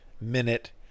minute